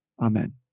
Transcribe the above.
Amen